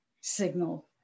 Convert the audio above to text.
signal